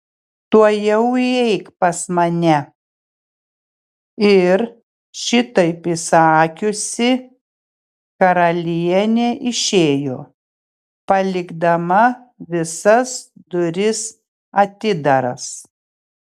tuojau įeik pas mane ir šitaip įsakiusi karalienė išėjo palikdama visas duris atidaras